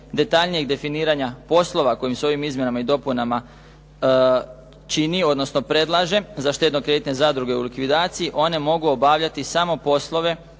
detaljnijeg definiranja poslova kojim se ovim izmjenama i dopunama čini odnosno predlaže za štedno-kreditne zadruge u likvidaciji one mogu obavljati samo poslove